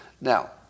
Now